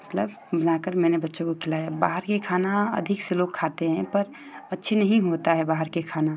मतलब बनाकर मैंने बच्चों को खिलाया बाहर का खाना अधिक से लोग खाते हैं पर अच्छा नहीं होता है बाहर का खाना